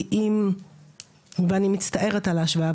אני מצטערת על ההשוואה,